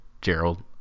gerald